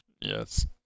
yes